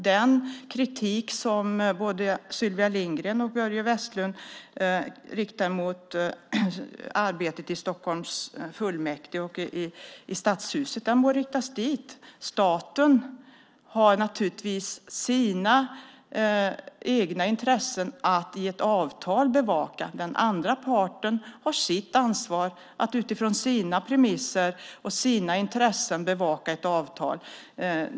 Den kritik som både Sylvia Lindgren och Börje Vestlund riktar mot arbetet i Stockholms fullmäktige och i Stadshuset må riktas dit. Staten har naturligtvis sina egna intressen att bevaka i ett avtal. Den andra parten har sitt ansvar att utifrån sina premisser och sina intressen bevaka ett avtal.